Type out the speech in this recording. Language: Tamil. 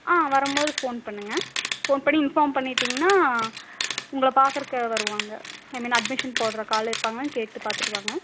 ஆ வரும்போது ஃபோன் பண்ணுங்கள் ஃபோன் பண்ணி இன்ஃபார்ம் பண்ணிட்டிங்கன்னா உங்களை பாக்குறதுக்கு வருவாங்க ஐ மீன் அட்மிஷன் போட்றதுக்கு ஆள் இருப்பாங்களான்னு கேட்டு பார்த்துட்டு வாங்க